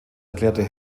erklärt